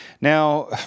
now